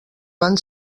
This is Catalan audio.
van